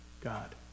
God